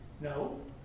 No